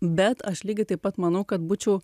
bet aš lygiai taip pat manau kad būčiau